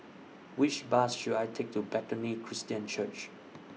Which Bus should I Take to Bethany Christian Church